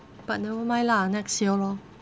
but never mind lah next year lor